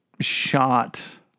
shot